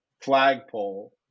flagpole